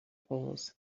polls